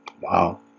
Wow